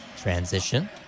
Transition